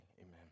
amen